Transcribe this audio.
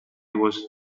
was